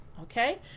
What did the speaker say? okay